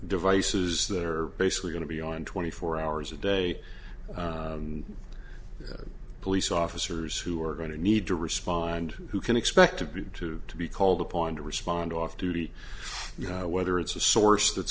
devices that are basically going to be on twenty four hours a day and police officers who are going to need to respond who can expect to be to be called upon to respond off duty whether it's a source that's